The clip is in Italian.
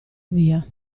via